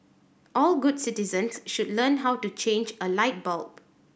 all good citizens should learn how to change a light bulb